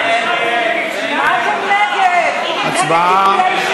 ההצעה להסיר מסדר-היום את הצעת חוק ביטוח בריאות ממלכתי (תיקון,